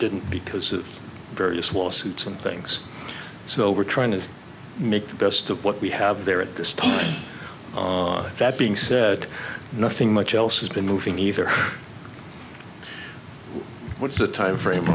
didn't because of various lawsuits and things so we're trying to make the best of what we have there at this time that being said nothing much else has been moving either what's the timeframe